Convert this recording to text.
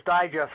Digest